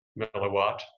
milliwatt